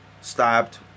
stabbed